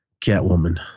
Catwoman